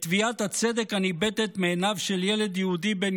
את תביעת הצדק הניבטת מעיניו של ילד יהודי בן